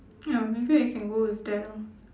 ya maybe I can go with that lor